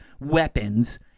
weapons